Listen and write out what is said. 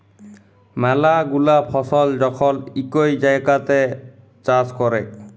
ম্যালা গুলা ফসল যখল ইকই জাগাত চাষ ক্যরে